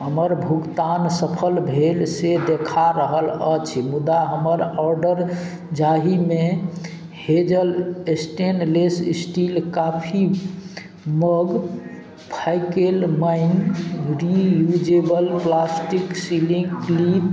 हमर भुगतान सफल भेल से देखा रहल अछि मुदा हमर ऑडर जाहिमे Hazel stainless steel coffee mug फाइकेल mine reusable plastic sealing clip